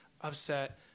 upset